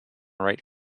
write